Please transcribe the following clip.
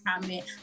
comment